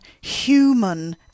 human